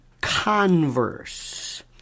converse